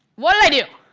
what did i do?